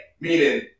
meaning